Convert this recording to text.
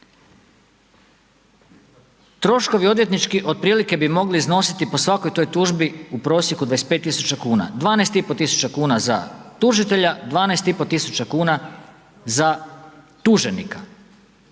Troškovi odvjetnički otprilike bi mogli iznositi po svakoj toj tužbi u prosjeku 25.000 kuna, 12.500 kuna za tužitelja, 12.500 kuna za tuženika